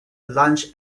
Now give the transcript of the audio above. lunch